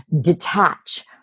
detach